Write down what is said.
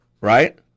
Right